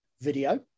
video